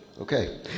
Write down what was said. okay